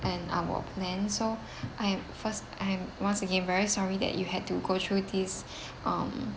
and our plan so I'm first I'm once again very sorry that you had to go through these mm